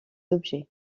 objets